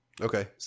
Okay